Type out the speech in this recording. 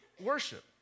worship